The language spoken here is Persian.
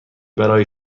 برای